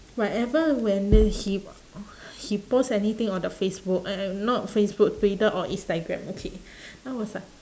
whatever when he he post anything on the facebook a~ and not facebook twitter or instagram okay then I was like